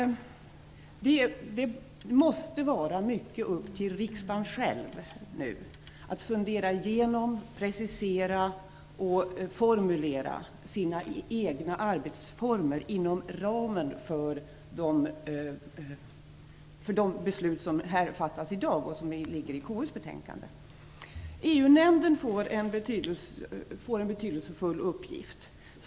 Det måste vara mycket upp till riksdagen själv att fundera igenom, precisera och formulera sina egna arbetsformer inom ramen för de beslut som fattas i dag med anledning av KU:s betänkande. EU-nämnden får en betydelsefull uppgift.